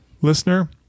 Listener